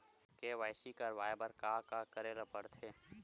KYC करवाय बर का का करे ल पड़थे?